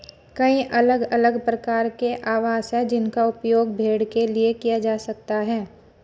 कई अलग अलग प्रकार के आवास हैं जिनका उपयोग भेड़ के लिए किया जा सकता है